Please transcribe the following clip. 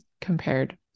compared